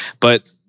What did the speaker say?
but-